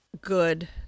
good